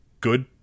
good